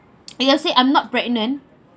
if let's say I'm not pregnant